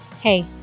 Hey